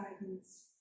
guidance